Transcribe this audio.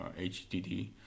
HDD